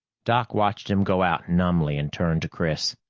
doc watched him go out numbly, and turned to chris.